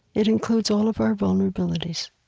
it includes all of our vulnerabilities.